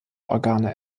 organe